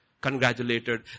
congratulated